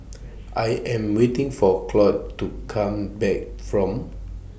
I Am waiting For Claud to Come Back from